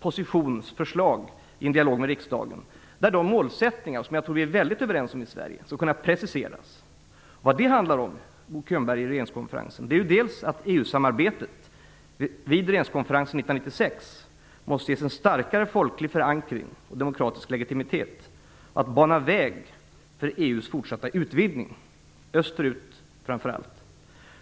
positionsförslag i en dialog med riksdagen, där målsättningarna - som jag tror att vi är överens om i Sverige - skall kunna preciseras. Vad det handlar om i regeringskonferensen, Bo Könberg, är dels att EU-samarbetet vid regeringskonferensen 1996 måste ges en starkare folklig förankring och demokratisk legitimitet, dels att bana väg för EU:s fortsatta utvidgning, framför allt österut.